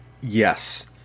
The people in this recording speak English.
yes